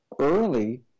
early